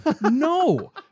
No